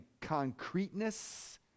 concreteness